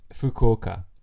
Fukuoka